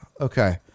Okay